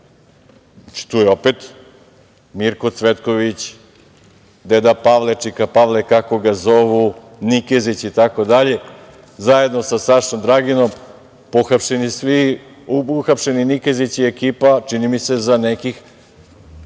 Tu je opet Mirko Cvetković, deda Pavle, čika Pavle, kako ga zovu, Nikezić itd, zajedno sa Sašom Draginom, pohapšeni svi, uhapšeni Nikezić i ekipa, čini mi se, za nekih